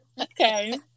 Okay